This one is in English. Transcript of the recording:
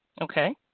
Okay